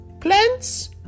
plants